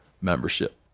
membership